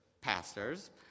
pastors